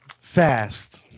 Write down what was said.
fast